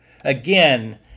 Again